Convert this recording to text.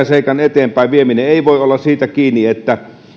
seikan eteenpäinvieminen ei voi olla siitä kiinni että